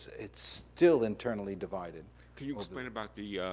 it's still internally divided. can you explain about the